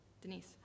Denise